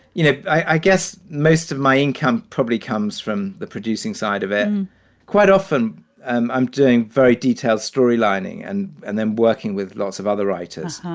you know, i guess most of my income probably comes from the producing side of it. and quite often i'm i'm doing very detailed storylines and and then working with lots of other writers.